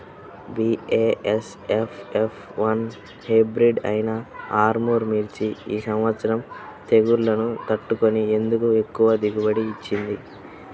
BASF F one hybrid అయినా ఆర్ముర్ మిర్చి ఈ సంవత్సరం తెగుళ్లును తట్టుకొని ఎందుకు ఎక్కువ దిగుబడి ఇచ్చింది?